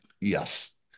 yes